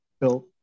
built